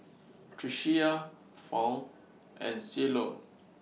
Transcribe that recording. Tricia Fount and Cielo